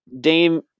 Dame